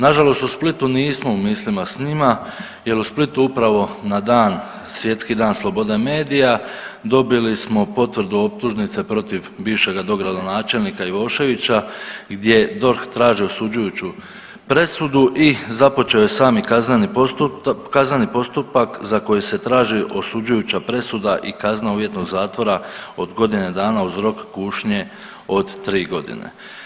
Nažalost u Splitu nismo u mislima s njima jer u Splitu upravo na dan Svjetski dan slobode medija dobili su potvrdu optužnice protiv bivšega dogradonačelnika Ivoševića gdje DORH traži osuđujuću presudu i započeo je sami kazneni postupak za koji se traži osuđujuća presuda i kazna uvjetnog zatvora od godine dana uz rok kušnje od tri godine.